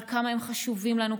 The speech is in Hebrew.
על כמה הם חשובים לנו,